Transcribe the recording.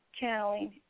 channeling